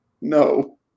No